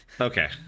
okay